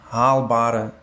haalbare